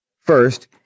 first